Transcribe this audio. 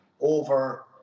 over